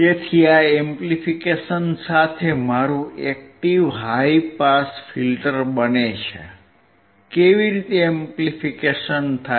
તેથી આ એમ્પ્લીફિકેશન સાથે મારું એક્ટીવ હાઇ પાસ ફિલ્ટર બને છે કેવી રીતે એમ્પ્લીફિકેશન થાય